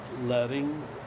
letting